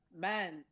Man